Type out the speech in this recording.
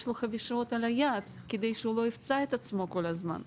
לו חבישות על היד כדי שלא יפצע את עצמו כל הזמן.